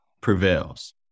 prevails